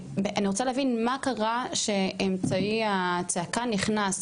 אני רוצה להבין מה קרה שאמצעי הצעקה נכנס.